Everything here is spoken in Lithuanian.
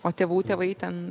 o tėvų tėvai ten